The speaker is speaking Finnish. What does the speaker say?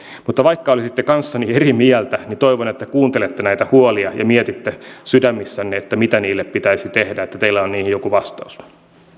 mutta vaikka olisitte kanssani eri mieltä niin toivon että kuuntelette näitä huolia ja mietitte sydämessänne mitä niille pitäisi tehdä että teillä on niihin joku vastaus